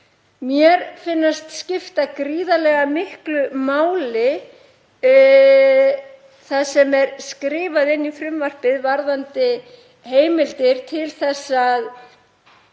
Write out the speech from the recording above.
Mér finnst skipta gríðarlega miklu máli það sem er skrifað inn í frumvarpið varðandi heimildir til þess að